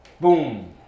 boom